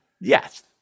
yes